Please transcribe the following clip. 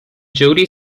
jody